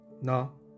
No